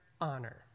honor